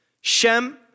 Shem